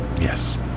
Yes